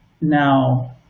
Now